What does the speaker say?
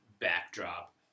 backdrop